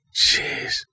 Jeez